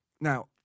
now